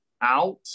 out